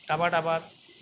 టమాటా bath